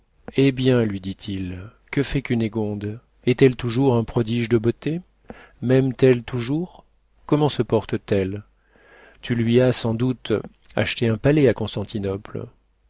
eh bien lui dit-il que fait cunégonde est-elle toujours un prodige de beauté maime t elle toujours comment se porte-t-elle tu lui as sans doute acheté un palais à